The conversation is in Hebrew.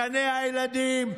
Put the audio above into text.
גני הילדים,